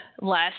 less